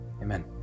Amen